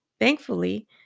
Thankfully